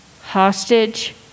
hostage